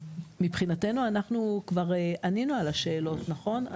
מבחינתנו אנחנו כבר ענינו על השאלות, נכון?